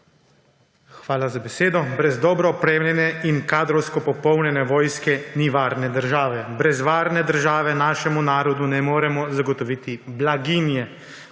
Hvala za besedo. Brez dobro opremljene in kadrovsko popolnjene vojske ni varne države. Brez varne države našemu narodu ne moremo zagotoviti blaginje.